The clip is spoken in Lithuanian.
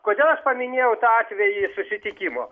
kodėl aš paminėjau tą atvejį susitikimo